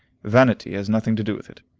vanity has nothing to do with it.